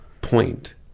point